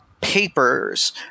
papers